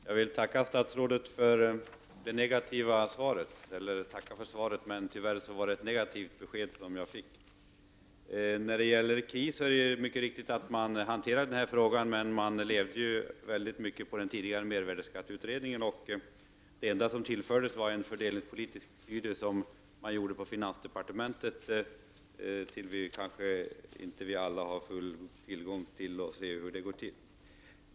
Herr talman! Jag tackar statsrådet för svaret, men tyvärr var det ett negativt besked som jag fick. Det var mycket riktigt KIS som hanterade den här frågan, men man levde väldigt mycket på den tidigare mervärdeskatteutredningen. Det enda som tillfördes var en fördelningspolitisk studie som gjordes på finansdepartementet där kanske inte alla har full insyn och kan se hur det går till.